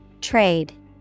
Trade